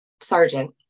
sergeant